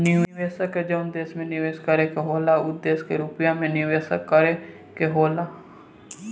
निवेशक के जवन देश में निवेस करे के होला उ देश के रुपिया मे निवेस करे के होला